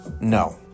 No